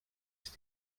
ist